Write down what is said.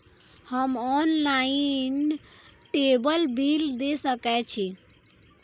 हम ऑनलाईनटेबल बील दे सके छी?